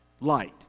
light